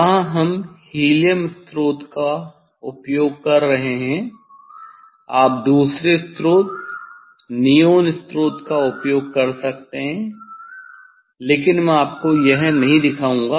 यहाँ हम हीलियम स्रोत का उपयोग कर रहे हैं आप दूसरे स्रोत नियोन स्रोत का उपयोग कर सकते हैं लेकिन मैं आपको यह नहीं दिखाऊँगा